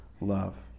love